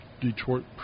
Detroit